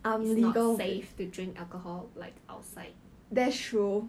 it's not safe to drink alcohol like outside